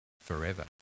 forever